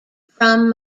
from